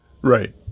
right